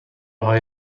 های